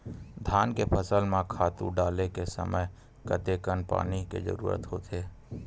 धान के फसल म खातु डाले के समय कतेकन पानी के जरूरत होथे?